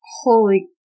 Holy